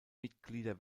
mitglieder